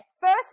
firstly